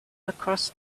across